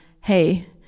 hey